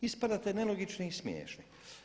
Ispadate nelogični i smiješni.